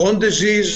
את חולי הקרוהן.